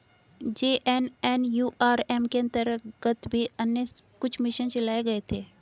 JNNURM के अंतर्गत भी अन्य कुछ मिशन चलाए गए थे